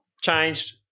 Changed